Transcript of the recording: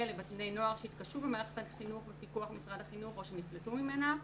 לבני נוער שהתקשו במערכת החינוך בפיקוח משרד החינוך או שנפלטו ממנה,